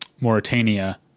Mauritania